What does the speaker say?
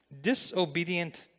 Disobedient